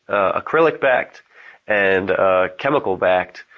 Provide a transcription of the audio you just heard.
acrylic-backed and chemical-backed.